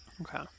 Okay